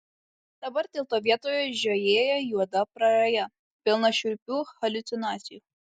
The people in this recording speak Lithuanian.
dabar tilto vietoje žiojėja juoda praraja pilna šiurpių haliucinacijų